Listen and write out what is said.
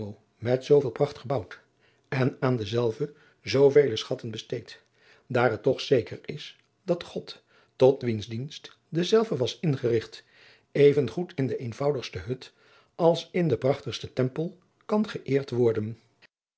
met zooveel pracht gebouwd en aan denzelven zoovele schatten besteed daar het toch zeker is dat god tot wiens dienst dezelve was ingerigt even goed in de eenvoudigste hut als in den prachtigsten tempel kan geëerd worden